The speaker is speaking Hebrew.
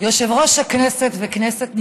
יושב-ראש הכנסת וכנסת נכבדה,